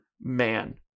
man